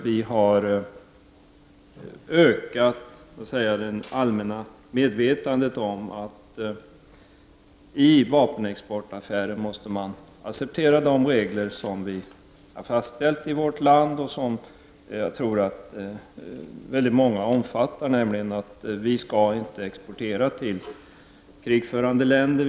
Vi har också förbättrat det allmänna medvetandet om att man i vapenexportaffärer måste acceptera de regler som fastställts i vårt land, regler som jag tror att väldigt många ställer sig bakom, nämligen att Sverige inte skall exportera till krigförande länder.